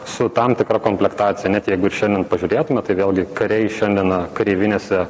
su tam tikra komplektacija net jeigu ir šiandien pažiūrėtume tai vėlgi kariai šiandieną kareivinėse